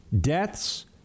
deaths